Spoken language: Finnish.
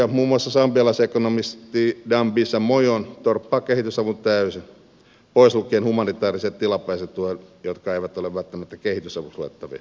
muun muassa sambialaisekonomisti dambisa moyo torppaa kehitysavun täysin pois lukien humanitääriset tilapäiset tuet jotka eivät ole välttämättä kehitysavuksi luettavia